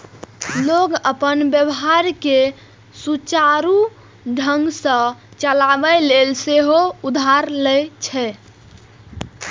लोग अपन व्यापार कें सुचारू ढंग सं चलाबै लेल सेहो उधार लए छै